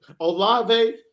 Olave